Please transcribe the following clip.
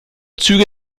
züge